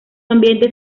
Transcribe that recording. ambiente